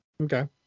Okay